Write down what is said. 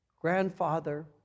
grandfather